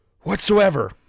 whatsoever